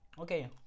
Okay